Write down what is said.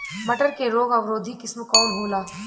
मटर के रोग अवरोधी किस्म कौन होला?